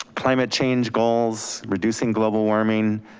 climate change goals, reducing global warming,